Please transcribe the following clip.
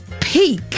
peak